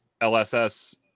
lss